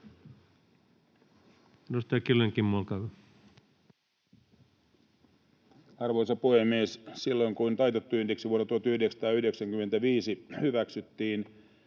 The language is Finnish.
Arvoisa puhemies! Silloin kun taitettu indeksi vuonna 1995 hyväksyttiin,